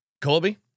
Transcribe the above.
Colby